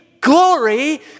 glory